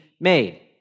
made